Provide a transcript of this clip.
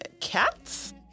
Cats